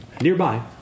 nearby